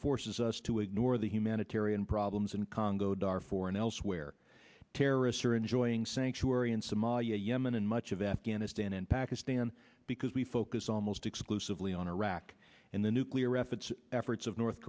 forces us to ignore the humanitarian problems in congo darfur and elsewhere terrorists are enjoying sanctuary in somalia yemen and much of afghanistan and pakistan because we focus almost exclusively on iraq and the nuclear efforts efforts of north